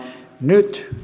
nyt